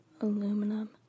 aluminum